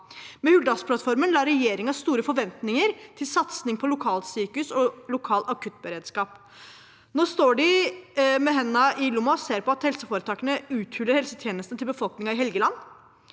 Med Hurdalsplattformen la regjeringen opp til store forventninger om satsing på lokalsykehus og lokal akuttberedskap. Nå står de med hendene i lommen og ser på at helseforetakene uthuler helsetjenestene til befolkningen på Helgeland.